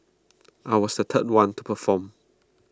I was the third one to perform